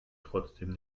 trotzdem